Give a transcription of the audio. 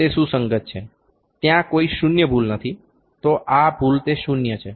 તે સુસંગત છે ત્યાં કોઈ શૂન્ય ભૂલ નથી તો આ ભૂલ તે શૂન્ય છે